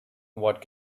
what